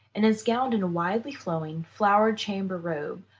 and is gowned in a widely-flowing, flowered chamber-robe,